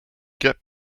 get